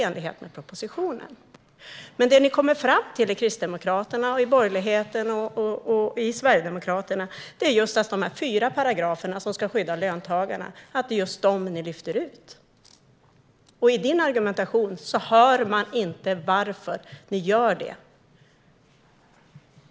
Det ni kommer fram till i Kristdemokraterna och övriga borgerligheten och i Sverigedemokraterna är att just de fyra paragrafer som ska skydda löntagarna ska lyftas ut. Men i din argumentation hör man inte varför ni gör det.